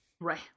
Right